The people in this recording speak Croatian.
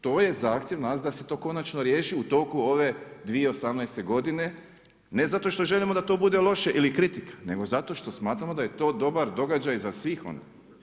To je zahtjev nas da se to konačno riješi u toku ove 2018. godine, ne zato što želimo da to bude loše ili kritika nego zato što smatramo da je to dobar događaj za svih onda.